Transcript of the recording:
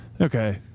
Okay